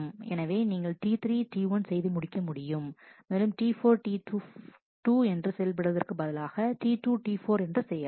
எனவே நீங்கள்T3 T1 செய்து முடிக்க முடியும் மேலும் T4 T2 என்று செயல்படுவதற்கு பதிலாக T2 T4 என்று செய்யலாம்